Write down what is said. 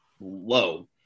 low